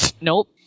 Nope